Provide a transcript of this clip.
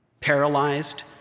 paralyzed